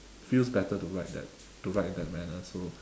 feels better to write that to write in that manner so